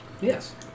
Yes